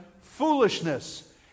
foolishness